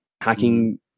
hacking